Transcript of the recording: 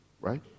right